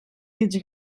dits